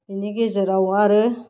बेनि गेजेराव आरो